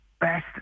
best